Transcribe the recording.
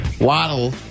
Waddle